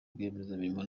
rwiyemezamirimo